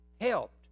helped